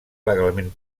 legalment